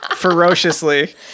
ferociously